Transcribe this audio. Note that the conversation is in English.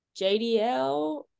JDL